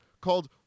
called